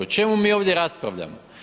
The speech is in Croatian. O čemu mi ovdje raspravljamo.